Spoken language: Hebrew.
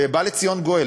ובא לציון גואל.